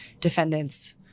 defendant's